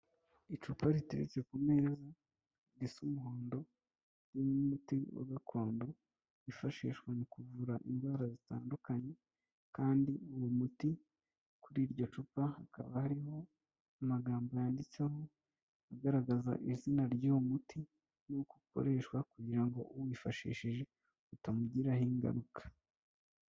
Icupa riteretse ku meza risa umuhondo n''umuti wa gakondo wifashishwa mu kuvura indwara zitandukanye kandi uwo muti kuri iryo cupa hakaba hariho amagambo yanditseho agaragaza izina ry'uwo muti n'uko ukoreshwa kugira ngo uwifashishije utamugiraho ingaruka.